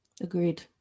Agreed